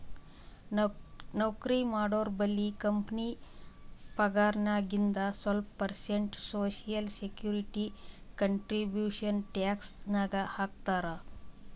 ನೌಕರಿ ಮಾಡೋರ್ಬಲ್ಲಿ ಕಂಪನಿ ಪಗಾರ್ನಾಗಿಂದು ಸ್ವಲ್ಪ percent social security contribution tax ನಾಗ್ ಹಾಕ್ತಾರ್